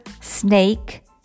snake